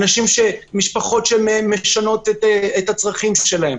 משפחות שמשנות את הצרכים שלהן,